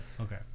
okay